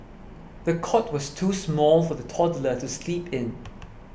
the cot was too small for the toddler to sleep in